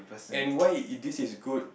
and why this is good